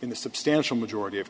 in the substantial majority of